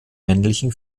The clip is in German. männlichen